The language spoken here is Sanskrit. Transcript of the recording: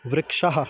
वृक्षः